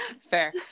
fair